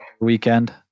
weekend